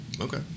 Okay